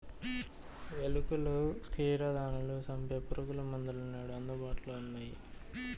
ఎలుకలు, క్షీరదాలను సంపె పురుగుమందులు నేడు అందుబాటులో ఉన్నయ్యి